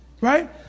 right